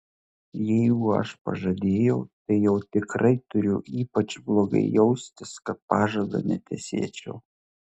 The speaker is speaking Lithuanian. jeigu aš pažadėjau tai jau tikrai turiu ypač blogai jaustis kad pažado netesėčiau